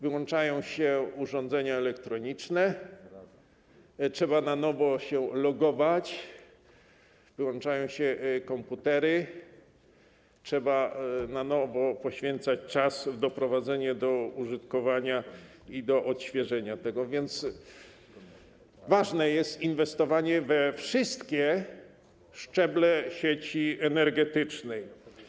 Wyłączają się urządzenia elektroniczne, trzeba na nowo się logować, wyłączają się komputery, trzeba na nowo poświęcać czas na doprowadzenie ich do użytkowania i na odświeżenie, więc ważne jest inwestowanie we wszystkie szczeble sieci energetycznej.